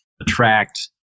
attract